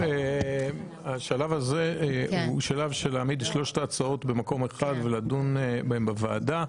השלב הזה הוא העמדת 3 ההצעות במקום אחד ולדון בהן בוועדה.